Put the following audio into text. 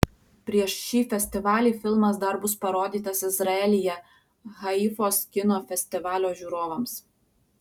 prieš šį festivalį filmas dar bus parodytas izraelyje haifos kino festivalio žiūrovams